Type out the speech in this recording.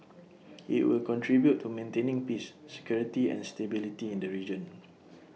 IT will contribute to maintaining peace security and stability in the region